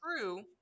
true